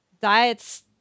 diets